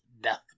Death